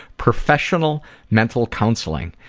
professional mental counselling.